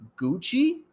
Gucci